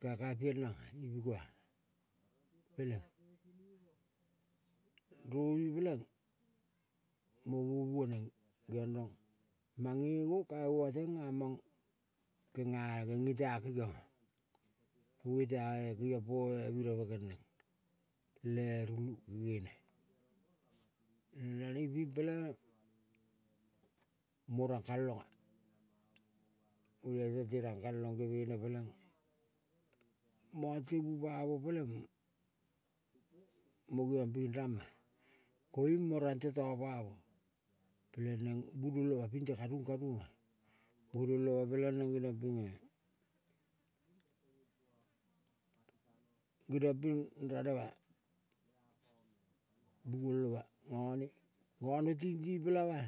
Kakai piel nanga ipikoa peleng rovi peleng mo mouvo, neng geong rong mange ngo. Kaingua teng amang kenga genge, tea kengionga. Ngonge teae kengiong poe mireve kel neng le rum gene. Naneng iping peleng mo rang kalonga. Olial tente rangkalong gevene peleng mongte bu pamo peleng mo geong ping rama koiung mo rangte to pamo. Peleng neng bunoloma pinte karung karunga, bunol oma peleng neng geniong pinge geniong ping ranema. Bugoloma ngane gane tingting pela ma.